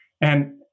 and-